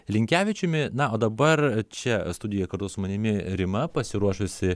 linkevičiumi na o dabar čia studijoj kartu su manimi rima pasiruošusi